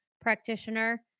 practitioner